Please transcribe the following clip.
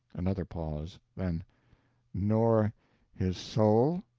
another pause. then nor his soul?